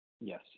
yes